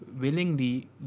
willingly